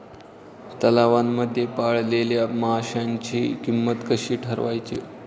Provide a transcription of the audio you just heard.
तलावांमध्ये पाळलेल्या माशांची किंमत कशी ठरवायची?